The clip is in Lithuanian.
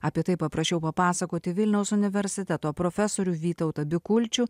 apie tai paprašiau papasakoti vilniaus universiteto profesorių vytautą bikulčių